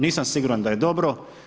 Nisam siguran da je dobro.